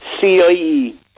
CIE